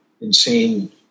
insane